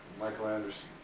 michael anderson.